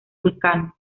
vulcano